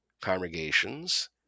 congregations